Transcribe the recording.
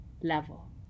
level